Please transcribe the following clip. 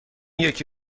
یکی